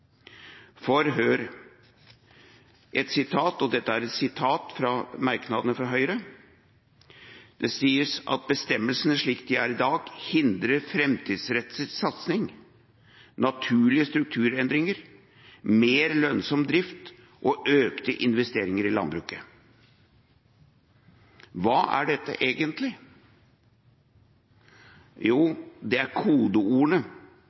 For hør et sitat, og dette er et sitat fra merknadene til Høyre. Det sies at bestemmelsene slik de er i dag, «hindrer fremtidsrettet satsing, naturlige strukturendringer, mer lønnsom drift og økt investeringsevne i landbruket». Hva er dette egentlig?